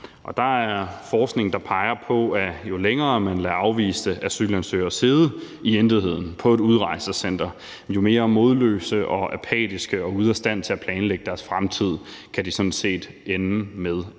forskning, der peger på, at jo længere man lader afviste asylansøgere sidde i intetheden på et udrejsecenter, jo mere modløse og apatiske og ude af stand til at planlægge deres fremtid kan de sådan set